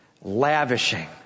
lavishing